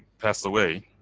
passed away.